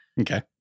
Okay